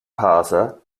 parser